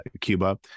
Cuba